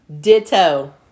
Ditto